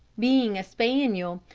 being a spaniel,